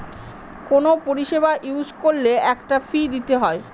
কোনো পরিষেবা ইউজ করলে একটা ফী দিতে হয়